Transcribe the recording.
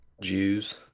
Jews